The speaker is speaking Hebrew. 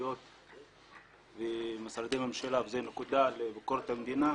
ממשלתיות ומשרדי ממשלה, וזו נקודה לביקורת המדינה.